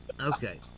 Okay